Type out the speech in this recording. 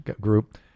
group